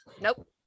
Nope